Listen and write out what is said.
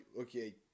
okay